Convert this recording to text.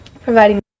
providing